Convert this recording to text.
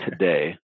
today